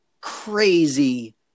crazy